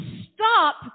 stop